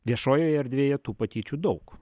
viešojoje erdvėje tų patyčių daug